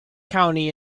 county